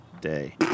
day